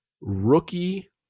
rookie